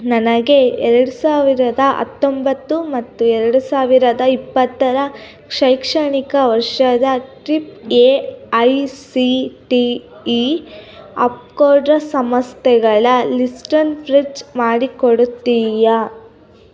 ನನಗೆ ಎರಡು ಸಾವಿರದ ಹತ್ತೊಂಬತ್ತು ಮತ್ತು ಎರಡು ಸಾವಿರದ ಇಪ್ಪತ್ತರ ಶೈಕ್ಷಣಿಕ ವರ್ಷದ trip A I C T E ಅಪ್ಕೋಡ ಸಂಸ್ಥೆಗಳ ಲಿಸ್ಟನ್ನು ಫೆಚ್ ಮಾಡಿ ಕೊಡುತ್ತೀಯಾ